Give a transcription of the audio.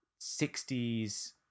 60s